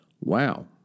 Wow